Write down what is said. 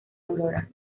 aurora